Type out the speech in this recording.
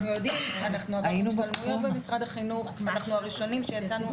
אנחנו הראשונים שהצענו